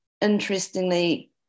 Interestingly